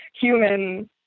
human